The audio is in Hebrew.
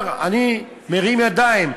הוא אמר: אני מרים ידיים.